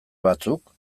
batzuk